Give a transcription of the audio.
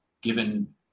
given